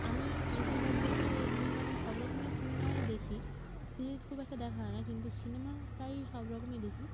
আমি বেশিরভাগ ক্ষেত্রে বিভিন্ন রকম সব রকমই সিনেমাই দেখি সিরিজ খুব একটা দেখা হয় না কিন্তু সিনেমা প্রায়ই সব রকমই দেখি